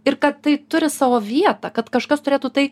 ir kad tai turi savo vietą kad kažkas turėtų tai